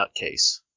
nutcase